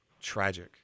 Tragic